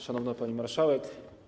Szanowna Pani Marszałek!